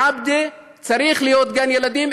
בעבדה צריך להיות גן ילדים,